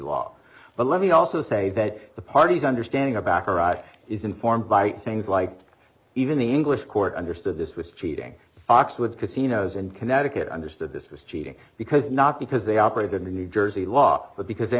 law but let me also say that the party's understanding of bacharach is informed by things like even the english court understood this was cheating the foxwoods casinos in connecticut understood this was cheating because not because they operate in the new jersey law but because they